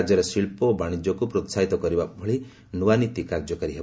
ରାଜ୍ୟରେ ଶିଳ୍ପ ଓ ବାଶିଜ୍ୟକୁ ପ୍ରୋସାହିତ କରିବା ଭଳି ନୂଆ ନୀତି କାର୍ଯ୍ୟକାରୀ ହେବ